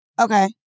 Okay